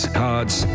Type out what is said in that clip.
cards